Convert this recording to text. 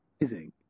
amazing